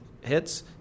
hits